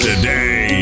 Today